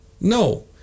No